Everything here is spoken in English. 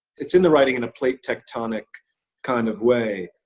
it's in the writing in a plate-tectonic kind of way,